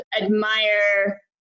admire